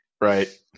right